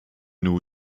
new